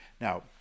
Now